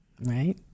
Right